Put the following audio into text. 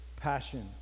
passion